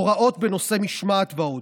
הוראות בנושא משמעת ועוד.